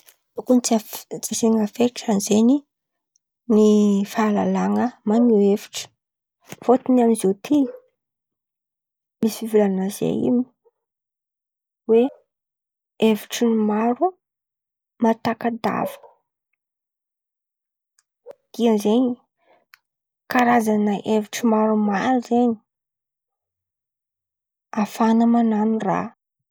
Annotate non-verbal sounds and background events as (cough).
Tokony tsy asaian̈a fetrany zen̈y ny fahalalahan̈a maneho hevitry fôtony amin̈'ny ziô ty misy fivolan̈ana zain̈y misy fivolan̈ana zay hoe: (noise) hevitry ny maro mahataka davitry dikan'izen̈y Karazan̈a hevitry maromaro zen̈y afahana man̈ano raha.